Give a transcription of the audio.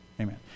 Amen